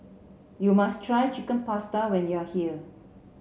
you must try Chicken Pasta when you are here